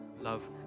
love